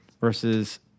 versus